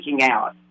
out